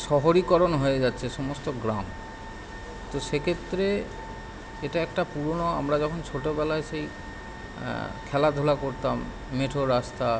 শহরীকরণ হয়ে যাচ্ছে সমস্ত গ্রাম তো সেক্ষেত্রে এটা একটা পুরনো আমরা যখন ছোটবেলায় সেই খেলাধূলা করতাম মেঠো রাস্তা